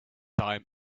time